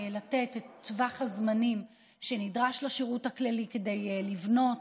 לתת טווח זמנים שנדרש לשירות הכללי כדי לבנות